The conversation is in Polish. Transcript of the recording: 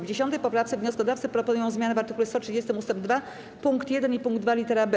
W 10. poprawce wnioskodawcy proponują zmiany w art. 130 ust. 2 pkt 1 i pkt 2 lit. b.